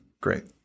Great